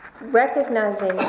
recognizing